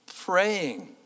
praying